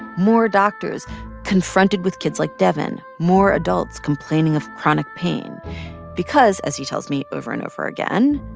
more doctors confronted with kids like devyn, more adults complaining of chronic pain because, as he tells me over and over again,